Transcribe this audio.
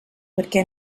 perquè